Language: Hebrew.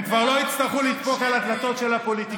הם כבר לא יצטרכו לדפוק על הדלתות של הפוליטיקאים.